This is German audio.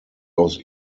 aus